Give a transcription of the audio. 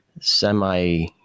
semi